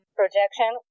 projection